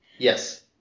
Yes